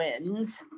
wins